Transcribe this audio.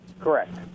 Correct